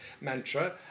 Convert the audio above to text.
mantra